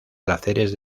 placeres